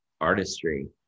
artistry